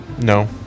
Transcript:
No